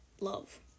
love